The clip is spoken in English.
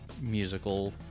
Musical